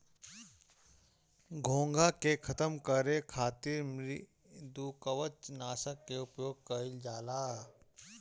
घोंघा के खतम करे खातिर मृदुकवच नाशक के उपयोग कइल जाला